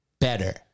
better